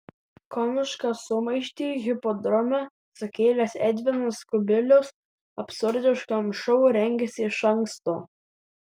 komišką sumaištį hipodrome sukėlęs edvinas kubilius absurdiškam šou rengėsi iš anksto